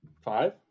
Five